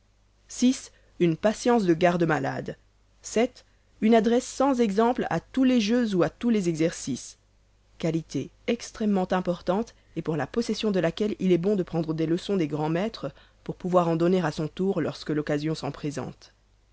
une patience de garde-malade cette une adresse sans exemple à tous les jeux ou à tous les exercices qualité extrêmement importante et pour la possession de laquelle il est bon de prendre des leçons des grands maîtres pour pouvoir en donner à son tour lorsque l'occasion s'en présente